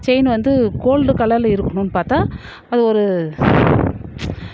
chain வந்து gold கலரில் இருக்கணுன்னு பார்த்தா அது ஒரு